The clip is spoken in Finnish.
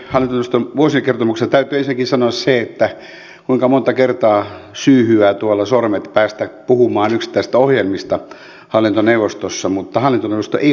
täytyy ensinnäkin sanoa se että kuinka monta kertaa syyhyävät sormet päästä puhumaan yksittäisistä ohjelmista hallintoneuvostossa mutta hallintoneuvosto ei ole ohjelmaneuvosto